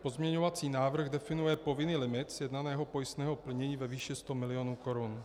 Pozměňovací návrh definuje povinný limit sjednaného pojistného plnění ve výši 100 milionů korun.